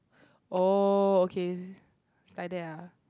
oh okay it's like that ah